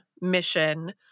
mission